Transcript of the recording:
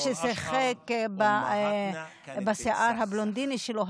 כששיחק בשיער הבלונדי שלו,